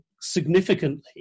significantly